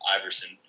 Iverson